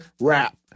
rap